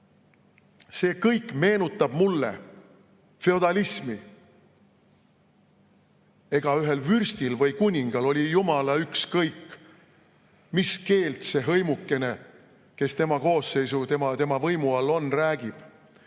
kõik meenutab mulle feodalismi. Eks ühel vürstil või kuningal oli jumala ükskõik, mis keelt see hõimukene, kes tema võimu all oli, rääkis,